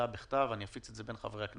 אני אגיד לך,